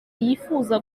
yifuza